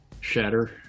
Shatter